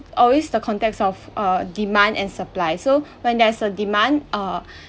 always the context of err demand and supply so when there is a demand err